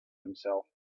himself